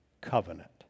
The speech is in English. covenant